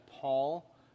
Paul